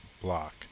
block